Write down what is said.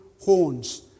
horns